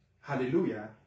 hallelujah